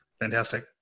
Fantastic